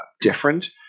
different